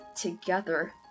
together